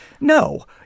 no